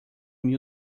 mil